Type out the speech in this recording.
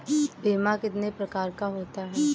बीमा कितने प्रकार का होता है?